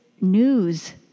news